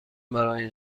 برای